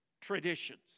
traditions